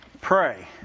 Pray